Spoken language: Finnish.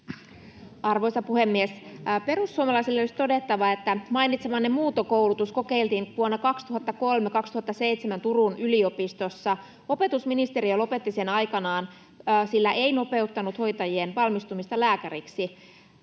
Arvoisa puhemies! Perussuomalaisille olisi todettava, että mainitsemaanne muuntokoulutusta kokeiltiin vuosina 2003—2007 Turun yliopistossa. Opetusministeriö lopetti sen aikanaan, sillä se ei nopeuttanut hoitajien valmistumista lääkäriksi.